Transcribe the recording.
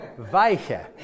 Weiche